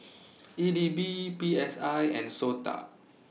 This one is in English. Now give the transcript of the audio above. E D B P S I and Sota